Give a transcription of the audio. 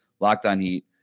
lockdownheat